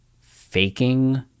faking